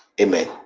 Amen